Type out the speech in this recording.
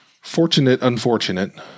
fortunate-unfortunate